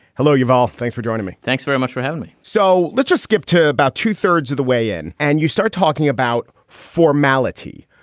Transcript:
hello, you've all. thanks for joining me. thanks very much for having me. so let's just skip to about two thirds of the way in and you start talking about formality,